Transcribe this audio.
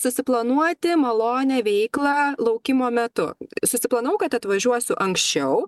susiplanuoti malonią veiklą laukimo metu susiplanavau kad atvažiuosiu anksčiau